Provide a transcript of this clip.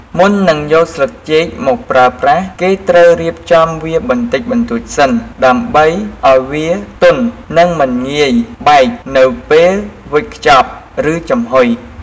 មុននឹងយកស្លឹកចេកមកប្រើប្រាស់ គេត្រូវរៀបចំវាបន្តិចបន្តួចសិន ដើម្បីឱ្យវាទន់និងមិនងាយបែកនៅពេលវេចខ្ចប់ឬចំហុយ។